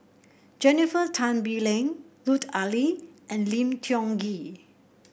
Jennifer Tan Bee Leng Lut Ali and Lim Tiong Ghee